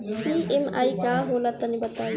EMI का होला तनि बताई?